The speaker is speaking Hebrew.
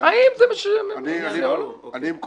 אני לא